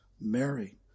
Mary